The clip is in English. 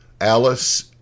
Alice